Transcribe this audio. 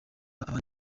abandi